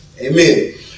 Amen